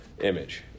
image